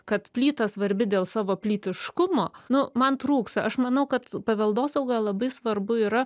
kad plyta svarbi dėl savo plytiškumo nu man trūksta aš manau kad paveldosauga labai svarbu yra